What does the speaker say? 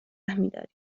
میداریم